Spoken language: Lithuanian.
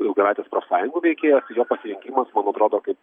ilgametis profsąjungų veikėjas jo pasirinkimas man atrodo kaip